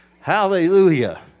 Hallelujah